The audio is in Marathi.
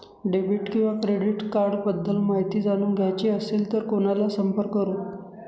डेबिट किंवा क्रेडिट कार्ड्स बद्दल माहिती जाणून घ्यायची असेल तर कोणाला संपर्क करु?